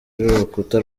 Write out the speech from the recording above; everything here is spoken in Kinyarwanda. rukuta